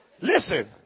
Listen